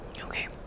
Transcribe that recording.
okay